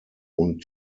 und